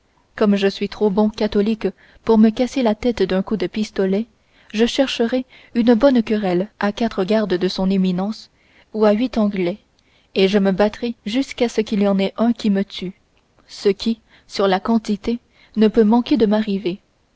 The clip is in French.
comme je suis trop bon catholique pour me casser la tête d'un coup de pistolet je chercherai une bonne querelle à quatre gardes de son éminence ou à huit anglais et je me battrai jusqu'à ce qu'il y en ait un qui me tue ce qui sur la quantité ne peut manquer de m'arriver